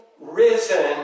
risen